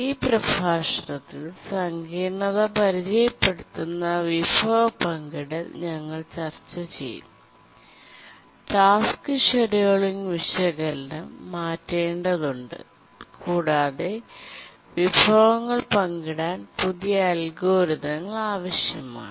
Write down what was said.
ഈ പ്രഭാഷണത്തിൽ സങ്കീർണ്ണത പരിചയപ്പെടുത്തുന്ന വിഭവ പങ്കിടൽ ഞങ്ങൾ ചർച്ച ചെയ്യും ടാസ്ക് ഷെഡ്യൂളിംഗ് വിശകലനം മാറ്റേണ്ടതുണ്ട് കൂടാതെ വിഭവങ്ങൾ പങ്കിടാൻ പുതിയ അൽഗോരിതങ്ങൾ ആവശ്യമാണ്